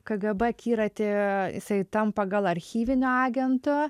kgb akiraty jisai tampa gal archyviniu agentu